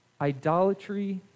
Idolatry